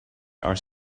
are